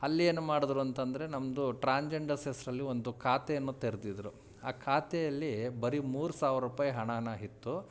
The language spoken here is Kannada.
ಅಲ್ಲೇನು ಮಾಡಿದ್ರು ಅಂತಂದರೆ ನಮ್ಮದು ಟ್ರಾನ್ಜಂಡರ್ಸ್ ಹೆಸರಲ್ಲಿ ಒಂದು ಖಾತೆಯನ್ನು ತೆರೆದಿದ್ರು ಆ ಖಾತೆಯಲ್ಲಿ ಬರೀ ಮೂರು ಸಾವಿರ ರುಪಾಯ್ ಹಣ ಇತ್ತು